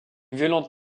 violente